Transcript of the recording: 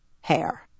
hair